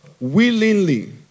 willingly